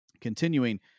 Continuing